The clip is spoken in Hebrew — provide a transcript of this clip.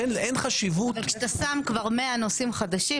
כשאתה שם 100 נושאים חדשים,